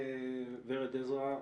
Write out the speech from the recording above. בחניונים של בית החולים שיבא,